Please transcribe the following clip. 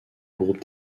groupe